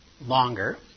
longer